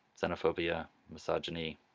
xenophobia, misogyny,